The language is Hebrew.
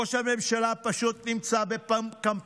ראש הממשלה פשוט נמצא בקמפיין.